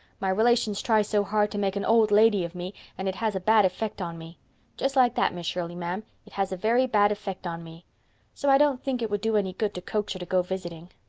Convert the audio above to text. my relations try so hard to make an old lady of me and it has a bad effect on me just like that, miss shirley, ma'am. it has a very bad effect on me so i don't think it would do any good to coax her to go visiting.